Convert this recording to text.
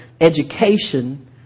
education